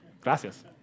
Gracias